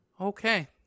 okay